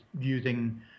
using